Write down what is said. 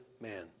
man